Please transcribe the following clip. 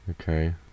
Okay